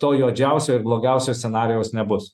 to juodžiausio ir blogiausio scenarijaus nebus